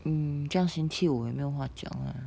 mm 这样嫌弃我也没有话讲 ah